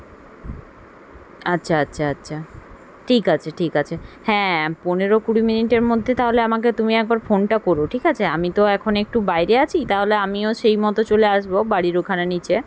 আচ্ছা আচ্ছা আচ্ছা ঠিক আছে ঠিক আছে হ্যাঁ পনেরো কুড়ি মিনিটের মধ্যে তাহলে আমাকে তুমি একবার ফোনটা কোরো ঠিক আছে আমি তো এখন একটু বাইরে আছি তাহলে আমিও সেই মতো চলে আসবো বাড়ির ওখানে নিচে